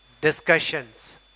discussions